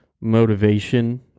motivation